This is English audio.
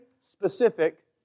specific